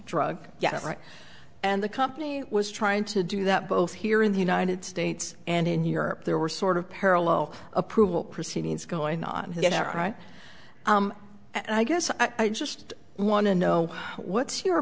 drug yeah right and the company was trying to do that both here in the united states and in europe there were sort of parallel approval proceedings going on to get it right i guess i just want to know what's your